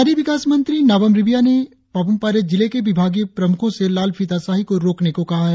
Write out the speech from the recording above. शहरी विकास मंत्री नाबम रिबिया ने पापुमपारे जिले के विभागीय प्रमुखों से लाल फीताशाही को रोकने को कहा है